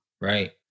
Right